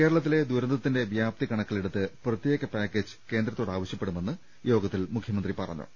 കേരളത്തിലെ ദുരന്തത്തിന്റെ വ്യാപ്തി കണക്കിലെടുത്ത് പ്രത്യേക പാക്കേജ് കേന്ദ്രത്തോട് ആവശ്യപ്പെടുമെന്ന് യോഗ ത്തിൽ മുഖ്യമന്ത്രി പറഞ്ഞു